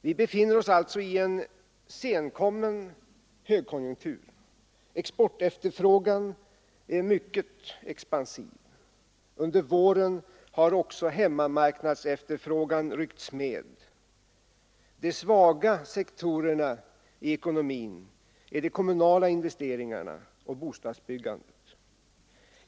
Vi befinner oss alltså i en senkommen högkonjunktur. Exportefterfrågan är mycket expansiv. Under våren har också hemmamarknadsefterfrågan ryckts med. De svaga sektorerna i ekonomin är de kommunala investeringarna och bostadsbyggandet.